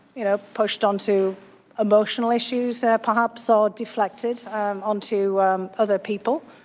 you know, pushed on to emotional issues ah perhaps, or deflected um onto um other people.